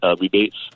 rebates